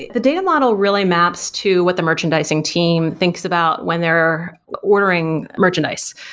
the data model really maps to what the merchandising team thinks about when they're ordering merchandise.